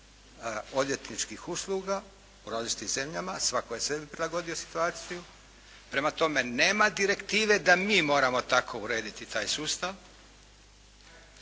odvjetničkih usluga u različitim zemljama, svatko je sebi prilagodio situaciju. Prema tome nema direktive da mi moramo tako urediti taj sustav.